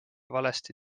valesti